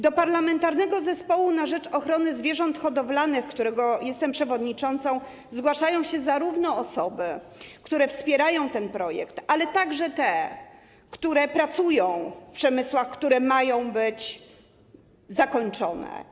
Do Parlamentarnego Zespołu na rzecz Ochrony Zwierząt Hodowlanych, którego jestem przewodniczącą, zgłaszają się zarówno osoby, które wspierają ten projekt, jak i te, które pracują w przemysłach, które mają być zakończone.